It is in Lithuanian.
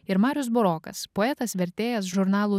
ir marius burokas poetas vertėjas žurnalų